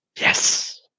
Yes